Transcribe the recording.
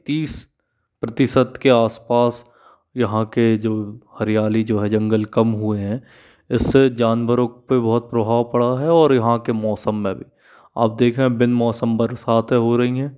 तीस प्रतिशत के आसपास यहाँ के जो हरियाली जो है जंगल कम हुए हैं इससे जानवरों पे बहुत प्रभाव पड़ा है और यहाँ के मौसम में भी आप देखें बिन मौसम बरसातें हो रही हैं